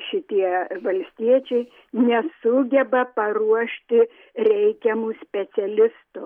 šitie valstiečiai nesugeba paruošti reikiamų specialistų